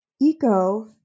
Eco